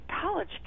college